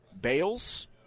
Bales